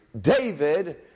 David